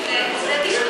לא תוכלי לנסוע לכלא